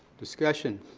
discussion.